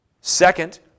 Second